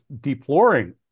deploring